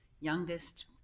youngest